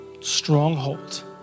stronghold